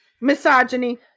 misogyny